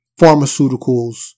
pharmaceuticals